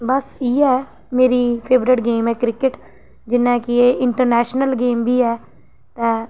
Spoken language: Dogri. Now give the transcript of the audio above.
बस इ'यै ऐ मेरी फेवरेट गेम ऐ क्रिकेट जियां कि एह् इंटरनैंशनल गेम बी ऐ ते